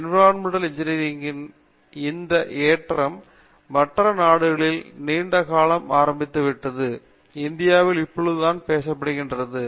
environmental இன்ஜினியரிங் ன் இந்த ஏற்றம் மற்ற நாடுகளில் நீண்ட காலமாக ஆரம்பித்து விட்டது இந்தியாவில் இப்பொழுதுதான் பேசப்படுகிறது